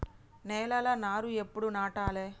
నేలలా నారు ఎప్పుడు నాటాలె?